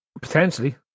Potentially